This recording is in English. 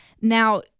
Now